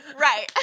Right